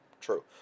true